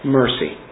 mercy